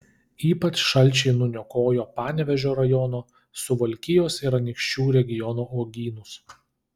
ypač šalčiai nuniokojo panevėžio rajono suvalkijos ir anykščių regiono uogynus